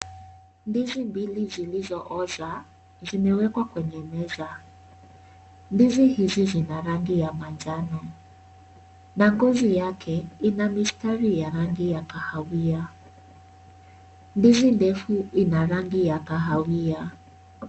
Ndizi mbili zilizooza, zimewekwa kwenye meza. Ndizi hizi, zina rangi ya manjano na ngozi yake, ina mistari ya rangi ya kahawia. Ndizi ndefu ina rangi ya kahawia.